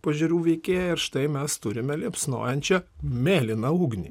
pažiūrų veikėją ir štai mes turime liepsnojančią mėlyną ugnį